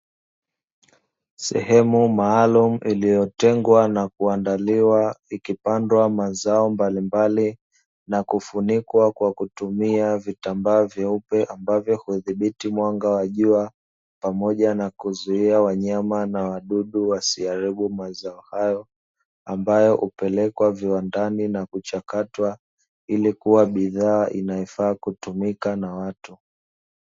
Sehemu maalum iliyotengwa na kuandaliwa, ikipandwa mazao mbalimbali na kufunikwa kwa kutumia vitambaa vyeupe, ambavyo hudhibiti mwanga wa jua pamoja na kuzuia wanyama na wadudu wasi haribu mazao hayo ambayo hupelekwa viwandani na kuchakatwa ili kuwa bidhaa inayo kutumika na watu.